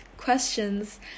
questions